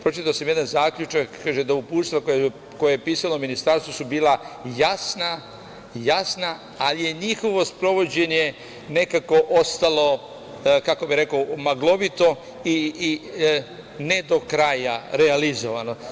Pročitao sam jedan zaključak, kaže da uputstva koja je pisalo Ministarstvo su bila jasna, ali je njihovo sprovođenje nekako ostalo, kako bih rekao, maglovito i ne do kraja realizovano.